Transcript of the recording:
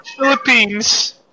Philippines